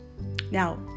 Now